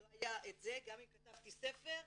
גם אם כתבתי ספר,